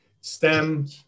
STEM